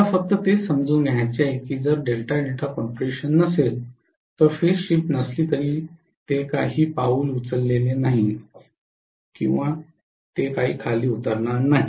मला फक्त तेच समजून घ्यायचे आहे की जर डेल्टा डेल्टा कॉन्फिगरेशन नसेल तर फेज शिफ्ट नसली तरी ते काही पाऊल उचलले नाही किंवा खाली उतरेल